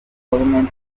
elementary